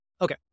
Okay